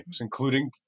including